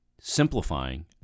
simplifying